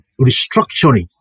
restructuring